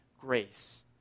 grace